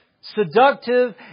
seductive